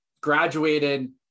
graduated